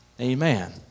Amen